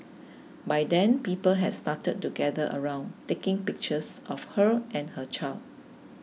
by then people had started to gather around taking pictures of her and her child